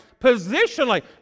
Positionally